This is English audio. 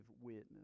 witness